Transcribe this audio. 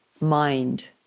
mind